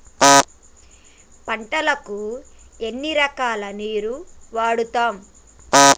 పంటలకు ఎన్ని రకాల నీరు వాడుతం?